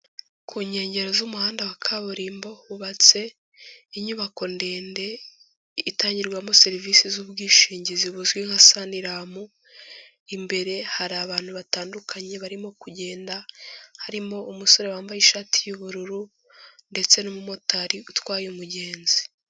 Ku nkengero z'umuhanda wa kaburimbo hubatse inyubako ndende itangirwamo serivisi z' ubwishingizi buzwi nka Sanlam. Imbere hari abantu batandukanye barimo kugenda, harimo umusore wambaye ishati y'ubururu ndetse n'umumotari utwaye umugenzi.